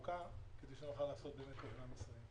הודעה לוועדה: בהתאם להוראות סעיף 106 (א)(1)